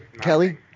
Kelly